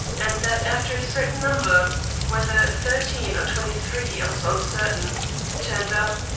and that after a certain number whether thirteen or twenty-three i was uncertain turned up,